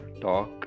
talk